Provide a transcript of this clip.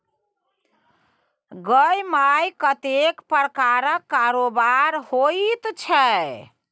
गै माय कतेक प्रकारक कारोबार होइत छै